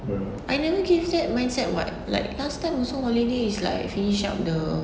I didn't give that mindset [what] like last time also holiday is like finish up the